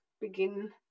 begin